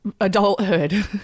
Adulthood